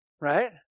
right